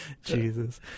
Jesus